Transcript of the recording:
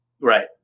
right